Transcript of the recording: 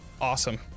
Awesome